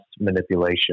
manipulation